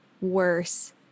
worse